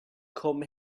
come